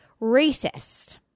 racist